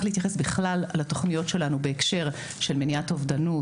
להתייחס בכלל לתוכניות שלנו בהקשר של מניעת אובדנות